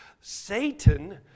Satan